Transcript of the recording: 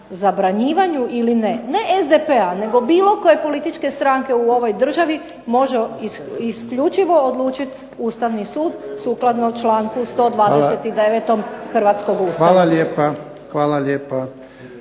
zabranjivanju ili ne, ne SDP-a nego bilo koje političke stranke u ovoj državi može isključivo odlučiti Ustavni sud sukladno članku 129. hrvatskog Ustava. **Jarnjak, Ivan (HDZ)**